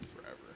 forever